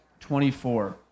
24